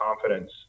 confidence